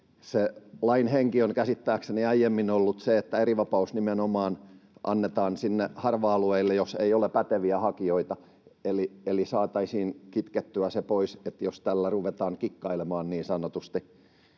lain henki on käsittääkseni aiemmin ollut se, että erivapaus nimenomaan annetaan sinne harva-alueille, jos ei ole päteviä hakijoita. Eli saataisiin kitkettyä pois se, jos tällä ruvetaan kikkailemaan niin sanotusti,